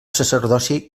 sacerdoci